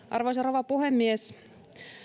arvoisa rouva puhemies